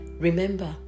Remember